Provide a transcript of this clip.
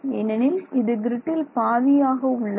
ஏனெனில் இது கிரிட்டில் பாதியாக உள்ளது